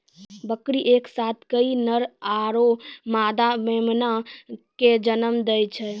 बकरी एक साथ कई नर आरो मादा मेमना कॅ जन्म दै छै